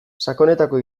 sakonetako